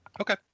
Okay